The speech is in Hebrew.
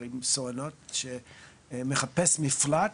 ערים סואנות שמחפש מפלט,